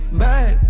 back